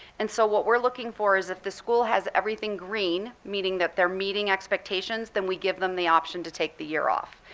and so what we're looking for is, if the school has everything green, meaning that they're meeting expectations, then we give them the option to take the year off.